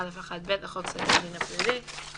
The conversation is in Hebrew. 12(א)(1)(ב) לחוק סדר הדין הפלילי.";